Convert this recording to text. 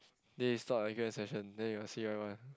then you stop the session then you'll see everyone